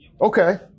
okay